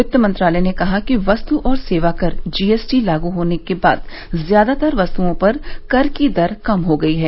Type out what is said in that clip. वित्त मंत्रालय ने कहा है कि वस्तु और सेवा कर जीएसटी लागू होने के बाद ज्यादातर वस्तुओं पर कर की दर कम हो गई है